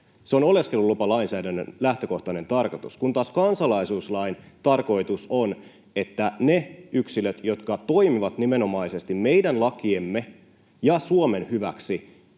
Se on oleskelulupalainsäädännön lähtökohtainen tarkoitus, kun taas kansalaisuuslain tarkoitus on, että ne yksilöt, jotka toimivat nimenomaisesti meidän lakiemme ja Suomen hyväksi,